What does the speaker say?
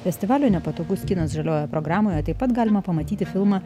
festivalio nepatogus kinas žaliojoje programoje taip pat galima pamatyti filmą